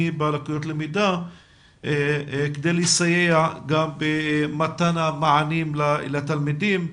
בלקויות למידה כדי לסייע גם במתן המענים לתלמידים.